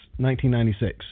1996